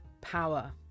power